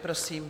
Prosím.